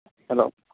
hello